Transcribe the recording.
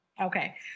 Okay